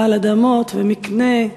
בעל אדמות ומקנה,